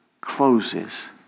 closes